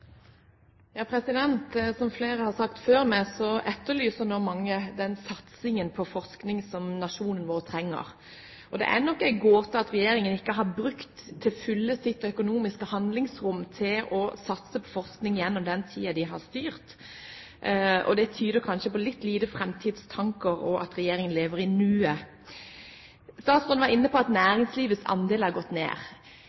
Som flere har sagt før meg, etterlyser nå mange den satsingen på forskning som nasjonen vår trenger. Og det er nok en gåte at regjeringen ikke til fulle har brukt sitt økonomiske handlingsrom til å satse på forskning i den tiden de har styrt. Det tyder kanskje på litt lite framtidstanker, og at regjeringen lever i nuet. Statsråden var inne på at